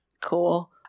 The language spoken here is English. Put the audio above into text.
Cool